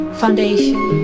foundation